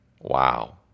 Wow